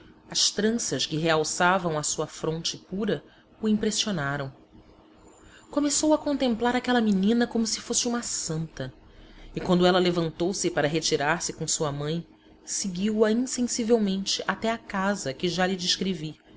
as tranças que realçavam a sua fronte pura o impressionaram começou a contemplar aquela menina como se fosse uma santa e quando ela levantou-se para retirar-se com sua mãe seguiu-a insensivelmente até a casa que já lhe descrevi